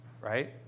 right